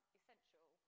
essential